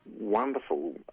wonderful